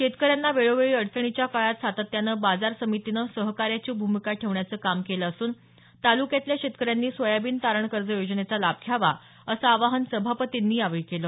शेतकऱ्यांना वेळोवेळी अडचणीच्या काळात सातत्यानं बाजार समितीनं सहकार्याची भूमिका ठेवण्याचं काम केलं असून तालुक्यातल्या शेतकऱ्यांनी सोयाबीन तारण कर्ज योजनेचा लाभ घ्यावा असं आवाहन सभापतींनी यावेळी केलं